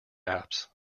apps